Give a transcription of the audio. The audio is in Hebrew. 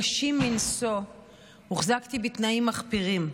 קשים מנשוא הוחזקתי בתנאים מחפירים.